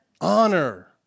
Honor